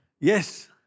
Yes